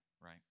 right